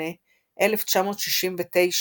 1968–1969